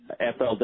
flw